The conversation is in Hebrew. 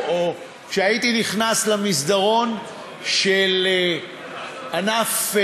כשהייתי נכנס למסדרון של ענף,